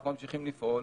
אנחנו ממשיכים לפעול